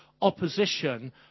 opposition